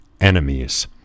enemies